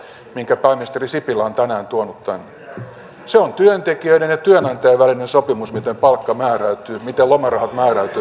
minkä pääministeri sipilä on tänään tuonut tänne se on työntekijöiden ja työnantajien välinen sopimus miten palkka määräytyy miten lomarahat määräytyvät